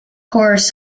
course